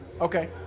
okay